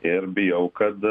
ir bijau kad